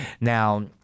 Now